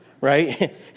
right